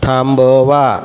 थांबवा